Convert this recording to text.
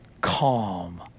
calm